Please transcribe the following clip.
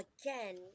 again